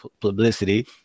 publicity